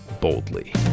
boldly